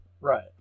Right